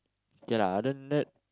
okay other than that